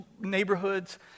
neighborhoods